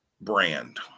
brand